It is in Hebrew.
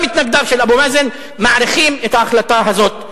גם מתנגדיו של אבו מאזן מעריכים את ההחלטה הזאת שלו.